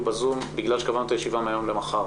בזום בגלל שקבענו את הישיבה מהיום למחר,